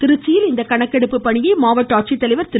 திருச்சியில் இந்த கணக்கெடுப்பு பணியை மாவட்ட ஆட்சித்தலைவர் திரு